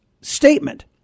statement